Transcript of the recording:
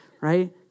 right